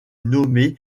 nommé